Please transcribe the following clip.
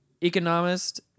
Economist